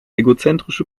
egozentrische